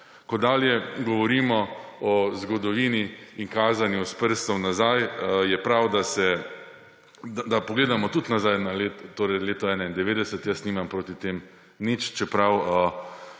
Kot dalje, govorimo o zgodovini in kazanju s prstom nazaj, je prav, da pogledamo tudi nazaj, torej na leto 1991. Jaz nimam proti tem nič, čeprav